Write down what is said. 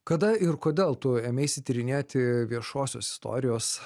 kada ir kodėl tu ėmeisi tyrinėti viešosios istorijos